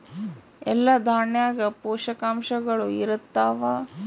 ಎಲ್ಲಾ ದಾಣ್ಯಾಗ ಪೋಷಕಾಂಶಗಳು ಇರತ್ತಾವ?